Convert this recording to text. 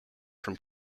from